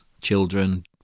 children